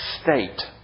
state